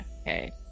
okay